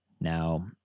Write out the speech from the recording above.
now